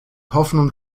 hoffnung